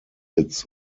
its